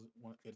one